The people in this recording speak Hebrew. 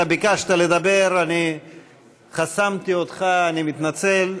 אתה ביקשת לדבר ואני חסמתי אותך, אני מתנצל.